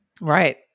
right